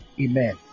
Amen